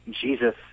Jesus